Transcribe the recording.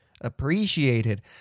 appreciated